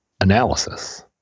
analysis